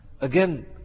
again